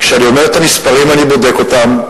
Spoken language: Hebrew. כשאני אומר את המספרים אני בודק אותם.